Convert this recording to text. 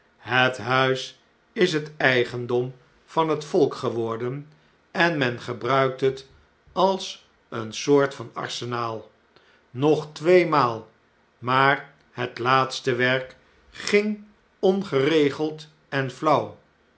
het huis is het eigendom van het volk geworden en men gebruikt het als een soort van arsenaal nog tweemaal maar het laatste werk ging ongeregeld en flauw